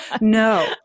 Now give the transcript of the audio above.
No